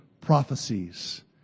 prophecies